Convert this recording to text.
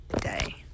day